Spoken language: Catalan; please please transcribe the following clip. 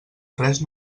res